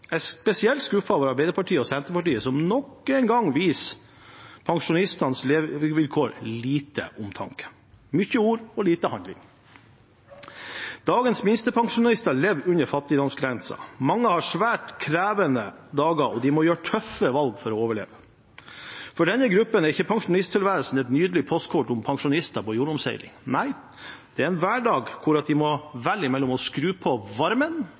Jeg er spesielt skuffet over Arbeiderpartiet og Senterpartiet, som nok en gang viser pensjonistenes levekår lite omtanke. Det er mye ord og lite handling. Dagens minstepensjonister lever under fattigdomsgrensen. Mange har svært krevende dager, og de må gjøre tøffe valg for å overleve. For denne gruppen er ikke pensjonisttilværelsen et nydelig postkort om pensjonister på jordomseiling. Nei, det er en hverdag hvor de må velge mellom å skru på varmen